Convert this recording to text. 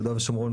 יהודה ושומרון,